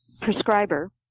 prescriber